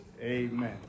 Amen